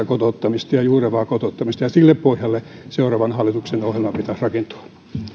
kotouttamista ja juurevaa kotouttamista ja sille pohjalle seuraavan hallituksen ohjelman pitäisi rakentua